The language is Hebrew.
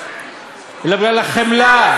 אלא בגלל החמלה,